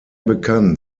bekannt